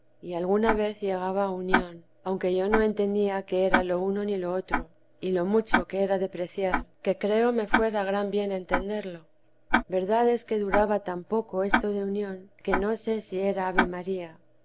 y alguna vez llegaba a unión aunque yo no entendía qué era lo uno ni lo otro y lo mucho que era de preciar que creo me fuera gran bien entenderlo verdad es que duraba tan poco esto de unión que no sé si era ave-maría